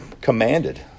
commanded